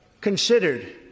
considered